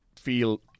feel